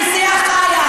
מי הרג?